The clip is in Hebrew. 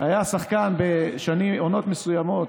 בעונות מסוימות